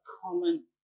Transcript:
common